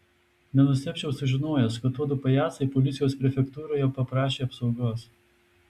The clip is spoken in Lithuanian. nenustebčiau sužinojęs kad tuodu pajacai policijos prefektūroje paprašė apsaugos